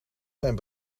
zijn